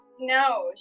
No